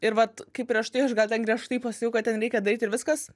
ir vat kaip prieš tai aš gal ten griežtai pasakiau kad ten reikia daryt ir viskas